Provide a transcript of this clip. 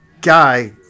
guy